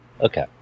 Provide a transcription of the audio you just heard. Okay